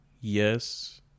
yes